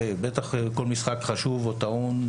בטח בכל משחק חשוב או טעון,